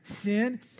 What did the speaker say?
sin